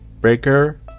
Breaker